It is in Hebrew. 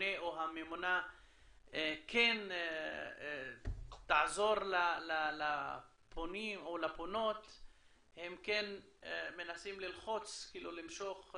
שהממונֶה או הממונָה כן תעזור לפונים או לפונות הם מנסים ללחוץ למשוך,